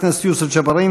חבר הכנסת יוסף ג'בארין,